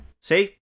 See